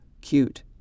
cute